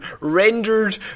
rendered